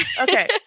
okay